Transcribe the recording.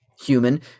human